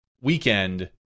weekend